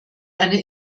eine